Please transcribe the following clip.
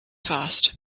fast